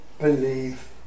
believe